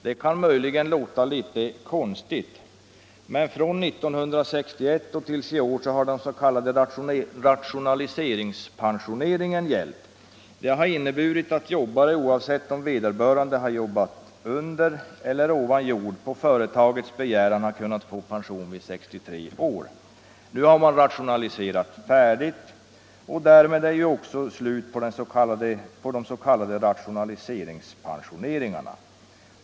Den kan möjligen låta litet konstigt, men från 1961 till i år har den s.k. rationaliseringspensioneringen gällt. Den har inneburit att jobbare, oavsett om vederbörande jobbat under eller ovan jord, på företagets begäran kunnat få pension vid 63 års ålder. Nu har man rationaliserat färdigt och därmed är det också slut på de s.k. rationaliseringspensionerna.